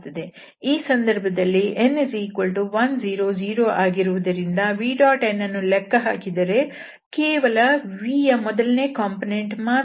ಈ ಸಂದರ್ಭದಲ್ಲಿ n 1 0 0 ಆಗಿರುವುದರಿಂದ vnಯನ್ನು ಲೆಕ್ಕ ಹಾಕಿದರೆ ಕೇವಲ v ಯ ಮೊದಲನೇ ಕಂಪೋನೆಂಟ್ ಮಾತ್ರ ಉಳಿದುಕೊಳ್ಳುತ್ತದೆ